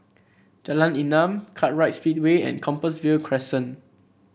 Jalan Enam Kartright Speedway and Compassvale Crescent